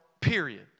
period